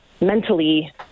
mentally